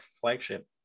flagship